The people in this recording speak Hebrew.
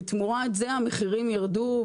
ותמורת זה המחירים ירדו,